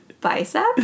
bicep